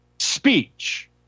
Speech